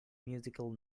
musical